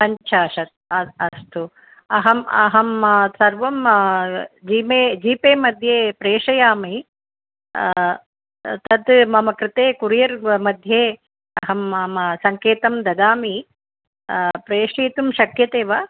पञ्चाशत् अ अस्तु अहम् अहं सर्वं जिमे जीपे मध्ये प्रेषयामि तत् मम कृते कोरियर् मध्ये अहं मम सङ्केतं ददामि प्रेषयितुं शक्यते वा